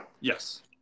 yes